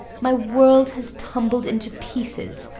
my world has tumbled into pieces.